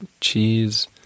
Cheese